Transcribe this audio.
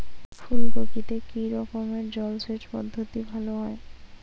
ফুলকপিতে কি রকমের জলসেচ পদ্ধতি ভালো হয়?